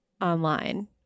online